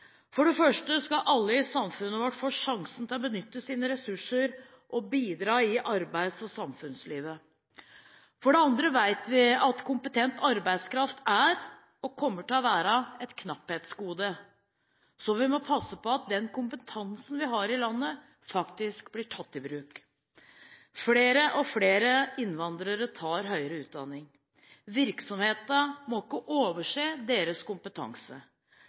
For det første skal alle i samfunnet vårt få sjansen til benytte sine ressurser og bidra i arbeids- og samfunnslivet. For det andre vet vi at kompetent arbeidskraft er – og kommer til å være – et knapphetsgode, så vi må passe på at den kompetansen vi har i landet, faktisk blir tatt i bruk. Flere og flere innvandrere tar høyere utdanning. Virksomhetene må ikke overse deres kompetanse.